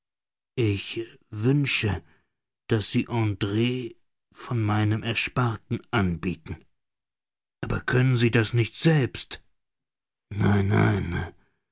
ich wünsche daß sie andr von meinem ersparten anbieten aber können sie das nicht selbst nein nein